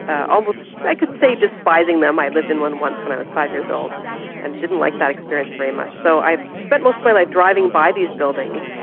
almost i could say despising them. i lived in one once when i was five years old and didn't like that experience very much. so i've spent most of my life driving by these buildings,